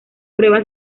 pruebas